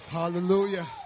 Hallelujah